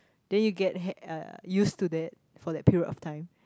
then you get uh used to that for that period of time